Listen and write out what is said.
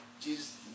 Jesus